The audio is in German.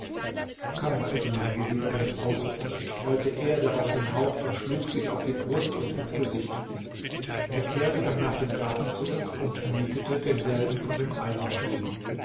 essaman geriet ganz außer sich streute erde auf sein haupt und schlug sich auf die brust und ins gesicht er kehrte dann nach dem garten zurück und mietete denselben von dem eigentümer